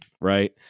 right